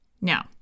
Now